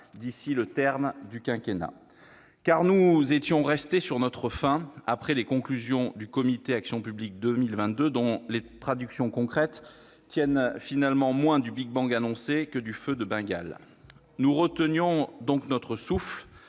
d'ici au terme du quinquennat. Car nous étions restés sur notre faim après les conclusions du comité Action publique 2022, dont les traductions concrètes tiennent finalement moins du big-bang annoncé que du feu de Bengale. Nous retenions donc notre souffle